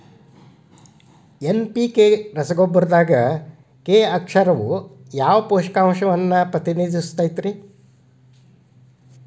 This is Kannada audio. ಎನ್.ಪಿ.ಕೆ ರಸಗೊಬ್ಬರದಾಗ ಕೆ ಅಕ್ಷರವು ಯಾವ ಪೋಷಕಾಂಶವನ್ನ ಪ್ರತಿನಿಧಿಸುತೈತ್ರಿ?